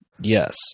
Yes